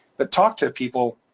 but talk to people,